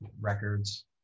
records